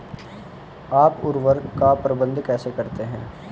आप उर्वरक का प्रबंधन कैसे करते हैं?